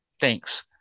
thanks